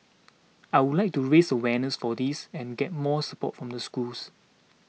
I would like to raise awareness for this and get more support from the schools